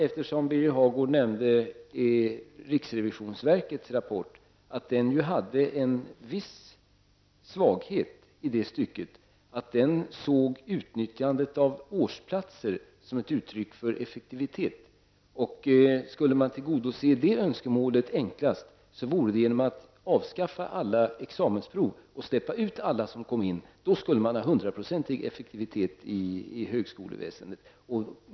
Eftersom Birger Hagård nämnde riksrevisionsverkets rapport kan jag säga att den hade en viss svaghet, nämligen den att man däri betraktade utnyttjandet av årsplatser som ett mått på effektivitet. Enklaste sättet att tillgodose önskemålen om effektivitet vore då att avskaffa alla examensprov och släppa ut alla som kommit in -- då skulle man ha hundraprocentig effektivitet i högskoleväseendet.